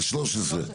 על 13,